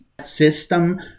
system